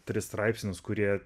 tris straipsnius kurie